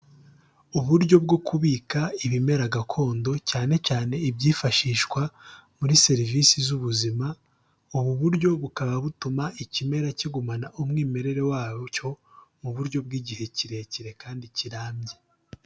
Uburyo bwo kubika ibimera gakondo cyane cyane ibyifashishwa muri serivisi z'ubuzima, ubu buryo bukaba butuma ikimera kigumana umwimerere wacyo, mu buryo bw'igihe kirekire kandi kirambye.